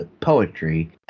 poetry